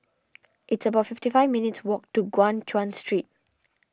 it's about fifty five minutes' walk to Guan Chuan Street